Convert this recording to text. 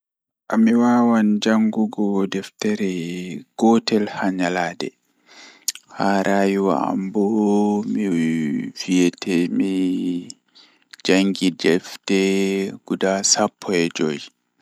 Mi wawan jangugo deftere gotel haa nyalande, Haa rayuwa am bo mi jangi derfte guda sappo e joye.